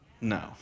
No